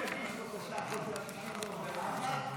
אני מתכבד להביא בפני הכנסת לקריאה השנייה